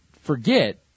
forget